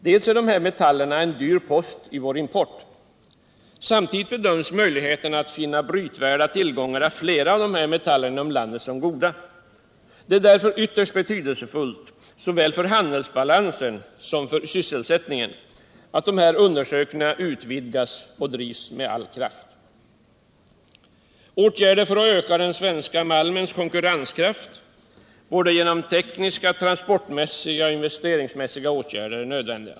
De här metallerna är också en dyr post i vår import. Samtidigt bedöms möjligheterna att inom landet finna brytvärda tillgångar av flera av dessa metaller som goda. Det är därför ytterst betydelsefullt såväl för handelsbalansen som för sysselsättningen att de här undersökningarna utvidgas och drivs med all kraft. Att öka den svenska malmens konkurrenskraft genom tekniska, transportmässiga och investeringsmässiga åtgärder är nödvändigt.